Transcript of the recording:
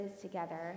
together